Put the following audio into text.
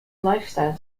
lifestyle